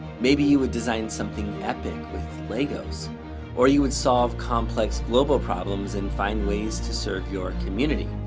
maybe you would design something epic with legos or you would solve complex global problems and find ways to serve your community.